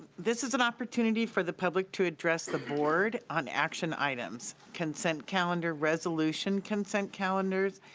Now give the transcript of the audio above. this is an opportunity for the public to address the board on action items, consent calendar, resolution consent calendars,